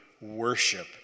worship